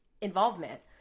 involvement